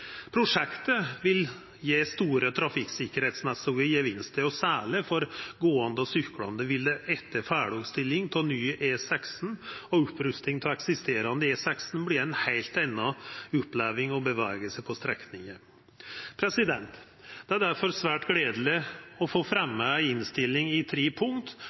Prosjektet vil gje store trafikksikkerheitsmessige gevinstar. Særleg for gåande og syklande vil det etter ferdigstillinga av nye E16 og opprustinga av eksisterande E16 verta ei heilt anna oppleving å bevega seg på strekninga. Det er difor svært gledeleg å fremja ei innstilling til vedtak i tre punkt